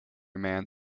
man